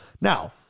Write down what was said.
Now